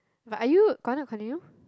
but are you gonna continue